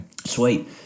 Sweet